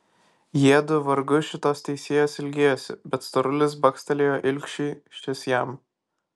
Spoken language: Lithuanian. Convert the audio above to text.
jiedu vargu šitos teisėjos ilgėjosi bet storulis bakstelėjo ilgšiui šis jam